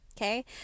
okay